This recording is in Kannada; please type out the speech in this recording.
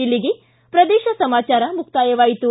ಇಲ್ಲಿಗೆ ಪ್ರದೇಶ ಸಮಾಚಾರ ಮುಕ್ತಾಯವಾಯಿತು